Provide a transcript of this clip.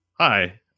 hi